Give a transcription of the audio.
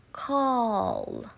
call